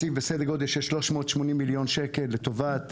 תקציב בסדר קודם של 380 מיליון שקלים לטובת